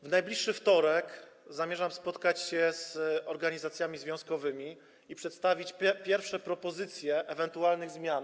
W najbliższy wtorek zamierzam spotkać się z organizacjami związkowymi i przedstawić pierwsze propozycje ewentualnych zmian.